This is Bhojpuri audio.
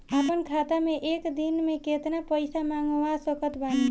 अपना खाता मे एक दिन मे केतना पईसा मँगवा सकत बानी?